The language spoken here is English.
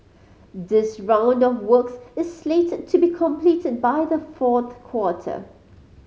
this round of works is slated to be completed by the fourth quarter